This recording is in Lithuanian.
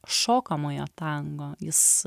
šokamojo tango jis